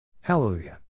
Hallelujah